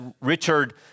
Richard